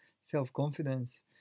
self-confidence